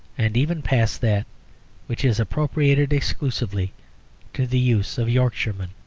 and even passed that which is appropriated exclusively to the use of yorkshiremen.